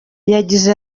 yagize